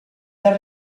dal